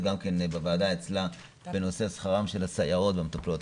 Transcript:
בוועדה אצלה לגבי שכרם של הסייעות והמטפלות,